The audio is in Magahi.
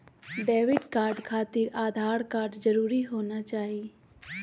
डेबिट कार्ड खातिर आधार कार्ड जरूरी होना चाहिए?